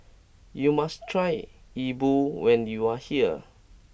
you must try Yi Bua when you are here